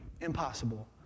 impossible